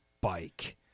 bike